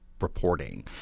reporting